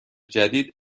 جدید